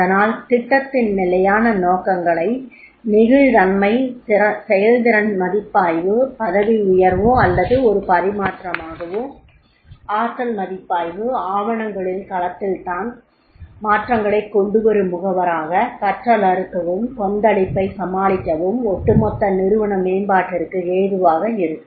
அதனால் திட்டத்தின் நிலையான நோக்கங்களைக் நெகிழ்தன்மை செயல்திறன் மதிப்பாய்வு பதவி உயர்வோ அல்லது ஒரு பரிமாற்றமாகவோ ஆற்றல் மதிப்பாய்வு ஆவணங்களில் களத்தில்தான் மாற்றங்களைக் கொண்டுவரும் முகவராக கற்றலறுக்கவும் கொந்தளிப்பை சமாளிக்கவும் ஒட்டுமொத்த நிறுவன மேம்பாட்டிற்கு ஏதுவாக இருக்கும்